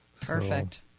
Perfect